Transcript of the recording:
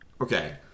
Okay